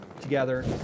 together